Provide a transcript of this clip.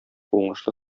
уңышлы